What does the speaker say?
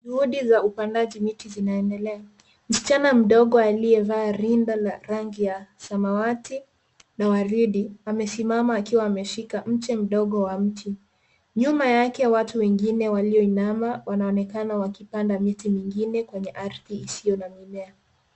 Juhudi za upandaji mti unaendelea. Msichana mdogo aliyevaa rinda la rangi ya samawati na waridi amesimama akiwa ameshika mche mdogo wa mti. Nyuma yake watu wengine walioinama wanaonekana wakipanda miti mingine kwenye ardhi isiyo na mimea.